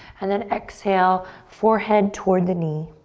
and then exhale, forehead toward the knee.